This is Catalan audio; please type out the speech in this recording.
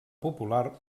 popular